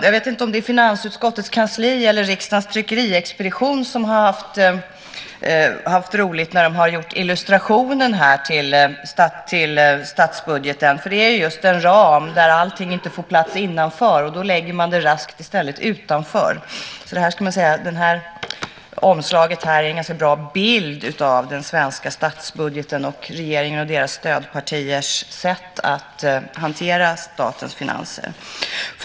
Jag vet inte om det är finansutskottets kansli eller riksdagens tryckeriexpedition som har haft roligt när de har gjort illustrationen till statsbudgeten. Det är just en ram. Allting får inte plats innanför den, och då lägger man det raskt utanför i stället. Det här omslaget är en ganska bra bild av den svenska statsbudgeten och regeringens och dess stödpartiers sätt att hantera statens finanser.